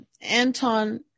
Anton